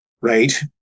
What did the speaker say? right